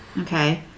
Okay